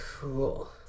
cool